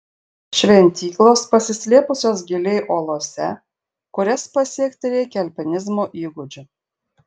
šventyklos pasislėpusios giliai uolose kurias pasiekti reikia alpinizmo įgūdžių